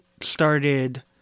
started